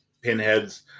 pinheads